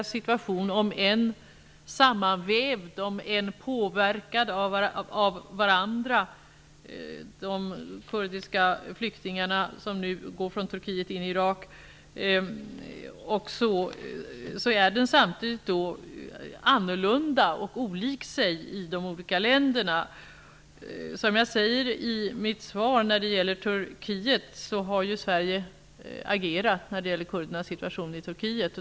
Situationen för kurderna är, om än sammanvävd, annorlunda och inte densamma i de olika länderna. Som jag säger i mitt svar angående Turkiet har ju Sverige agerat när det gäller kurdernas situation där.